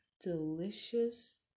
delicious